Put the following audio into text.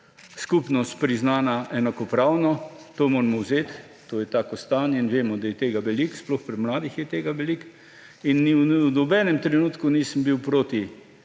skupnost, priznana enakopravno. To moramo vzeti, to je tako stanje in vemo, da je tega veliko, sploh pri mladih je tega veliko. In v nobenem trenutku nisem bil proti